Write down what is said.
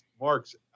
marks